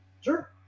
Sure